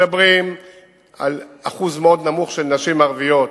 מדברים על אחוז מאוד נמוך של נשים ערביות,